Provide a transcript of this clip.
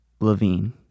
Levine